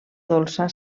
dolça